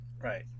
right